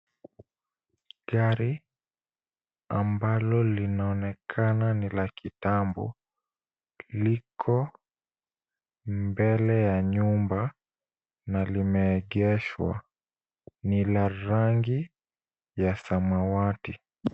Gari ambalo linaonekana ni la kitambo, liko mbele ya nyumba na limeegeshwa. Ni la rangi ya samawati.